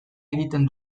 egiten